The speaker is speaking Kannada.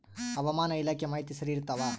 ಹವಾಮಾನ ಇಲಾಖೆ ಮಾಹಿತಿ ಸರಿ ಇರ್ತವ?